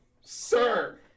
Sir